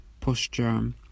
posture